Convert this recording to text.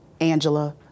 Angela